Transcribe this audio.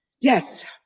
yes